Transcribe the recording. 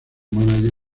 mánager